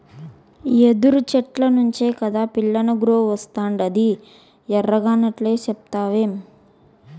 యెదురు చెట్ల నుంచే కాదా పిల్లనగ్రోవస్తాండాది ఎరగనట్లే సెప్తావే